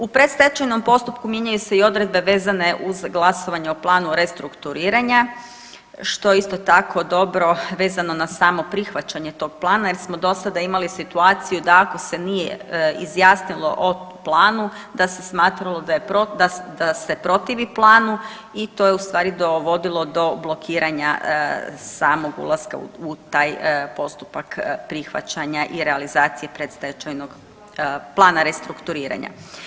U predstečajnom postupku mijenjaju se i odredbe vezane uz glasovanje o planu restrukturiranja što je isto tako dobro vezano na samo prihvaćanje tog plana jer smo do sada imali situaciju da ako se nije izjasnilo o planu da se smatralo da se protivi planu i to je ustvari dovodilo do blokiranja samog ulaska u taj postupak prihvaćanja i realizacije predstečajnog plana restrukturiranja.